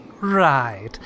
Right